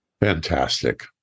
Fantastic